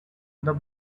the